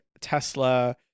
Tesla